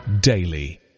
daily